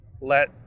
let